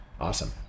Awesome